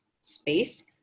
space